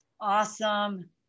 Awesome